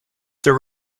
there